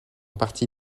partie